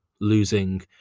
losing